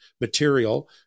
material